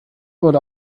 wurde